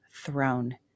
throne